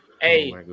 hey